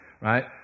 right